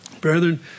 Brethren